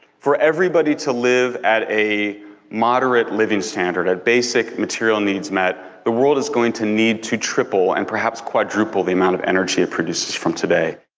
for everybody to live at a moderate living standard, a basic material-needs-met, the world is going to need to triple and perhaps quadruple the amount of energy it produces from today.